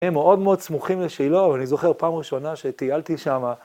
הם מאוד מאוד סמוכים לשילה, אבל אני זוכר פעם ראשונה שטיילתי שמה